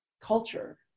culture